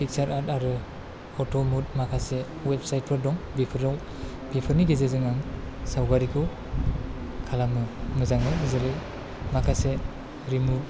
फिगचार art आरो फथ'लद माखासे वेबसाइटफोर दं बेफोराव बेफोरनि गेजेरजों आं सावगारिखौ खालामो मोजाङै जेरै माखासे रिमुभ